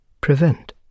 prevent